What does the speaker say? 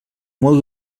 molt